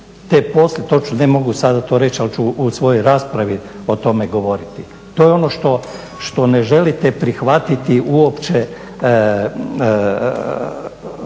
kandidata ima. Ne mogu sada to reći, ali ću u svojoj raspravi o tome govoriti. To je ono što ne želite prihvatiti uopće,